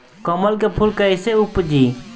कमल के फूल कईसे उपजी?